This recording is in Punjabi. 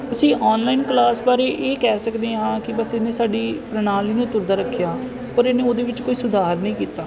ਅਸੀਂ ਆਨਲਾਈਨ ਕਲਾਸ ਬਾਰੇ ਇਹ ਕਹਿ ਸਕਦੇ ਹਾਂ ਕਿ ਬਸ ਇਹਨੇ ਸਾਡੀ ਪ੍ਰਣਾਲੀ ਨੂੰ ਤੁਰਦਾ ਰੱਖਿਆ ਪਰ ਇਹਨੇ ਉਹਦੇ ਵਿੱਚ ਕੋਈ ਸੁਧਾਰ ਨਹੀਂ ਕੀਤਾ